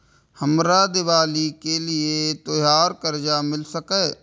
हमरा दिवाली के लिये त्योहार कर्जा मिल सकय?